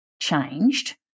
changed